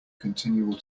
continual